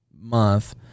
month